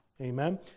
Amen